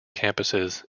campuses